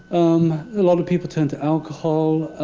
um a lot of people turned to alcohol.